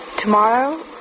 Tomorrow